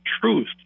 truth